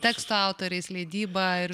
tekstų autoriais leidyba ir